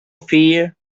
fear